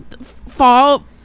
fall